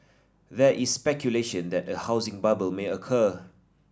there is speculation that a housing bubble may occur